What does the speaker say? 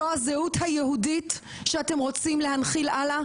זו הזהות היהודית שאתם רוצים להנחיל הלאה,